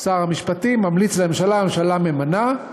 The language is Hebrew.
שר המשפטים ממליץ לממשלה, הממשלה ממנה,